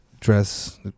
Dress